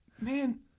Man